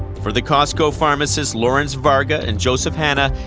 for the costco pharmacists, lawrence varga and joseph hanna,